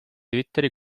twitteri